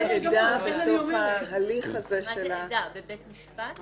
מה זה עדה, בבית משפט?